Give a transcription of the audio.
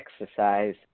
exercise